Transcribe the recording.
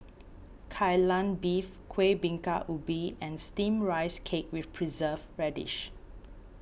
Kai Lan Beef Kueh Bingka Ubi and Steamed Rice Cake with Preserved Radish